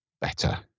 better